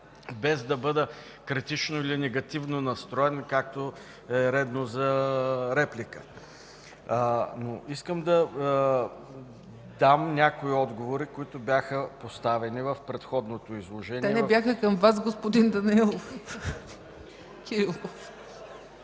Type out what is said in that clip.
без да бъда критично или негативно настроен, както е редно за реплика, но искам да дам някои отговори, които бяха поставени в предходното изложение. ПРЕДСЕДАТЕЛ ЦЕЦКА ЦАЧЕВА: Те не бяха към Вас, господин Данаилов.